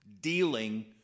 dealing